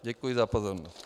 Děkuji za pozornost.